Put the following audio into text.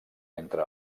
entre